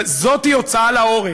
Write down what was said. זאת הוצאה להורג,